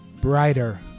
brighter